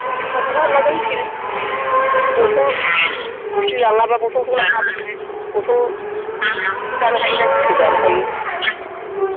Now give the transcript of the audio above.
जनडिसनिखौबो हरनांगोन pill bottle pill लाङाब्ला बटलखौ लानो हागोन नोङो बटल बटलखौ जानो हायोना पिलखौ जानो हायो